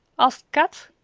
asked kat.